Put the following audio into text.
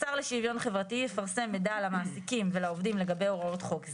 השר לשוויון חברתי יפרסם מידע למעסיקים ולעובדים לגבי הוראות חוק זה.